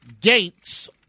Gates